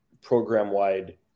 program-wide